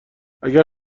اگر